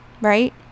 right